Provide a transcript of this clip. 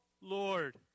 Lord